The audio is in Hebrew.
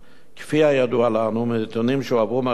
כפי שידוע לנו מנתונים שהועברו מהרשויות,